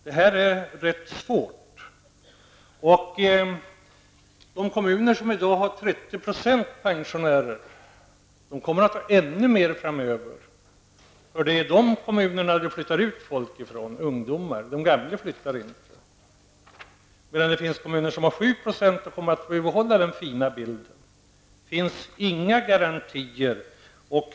Det här är rätt svårt. De kommuner som i dag har 30 % pensionärer kommer att få ännu mer pensionärer framöver, för det är från de kommunerna som ungdomar flyttar ut; de gamla flyttar inte. Det finns kommuner som har 7 % pensionärer, och de kommer att få behålla den fina bilden.